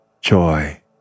joy